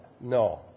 no